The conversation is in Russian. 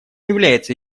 является